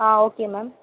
ah okay ma'am